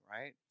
right